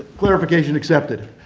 clarification accepted.